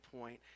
point